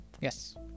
Yes